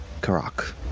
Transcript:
Karak